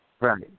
Right